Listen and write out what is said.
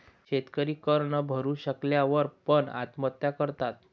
शेतकरी कर न भरू शकल्या वर पण, आत्महत्या करतात